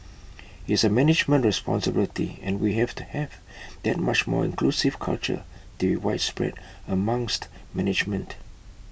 it's A management responsibility and we have to have that much more inclusive culture to be widespread amongst management